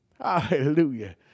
hallelujah